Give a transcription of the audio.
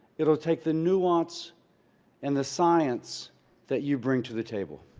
it'll take the nuance and the science that you bring to the table.